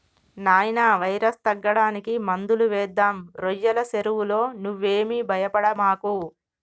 నాయినా వైరస్ తగ్గడానికి మందులు వేద్దాం రోయ్యల సెరువులో నువ్వేమీ భయపడమాకు